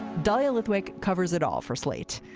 dahlia lithwick covers it all for slate.